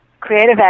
creative